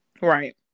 right